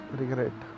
regret